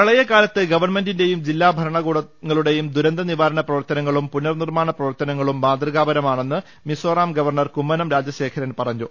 പ്രളയ കാലത്ത് ഗവൺമെന്റിന്റെയും ജില്ലാഭരണ കൂടങ്ങളുടെയും ദൂരന്തനിവാരണ പ്രവർത്തനങ്ങളും പുനർ നിർമാണ പ്രവർത്തനങ്ങളും മാതൃകാപരമാണെന്ന് മിസോറാം ഗവർണർ കുമ്മനം രാജശേഖരൻ പറഞ്ഞു